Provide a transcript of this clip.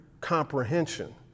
comprehension